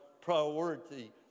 priority